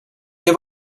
have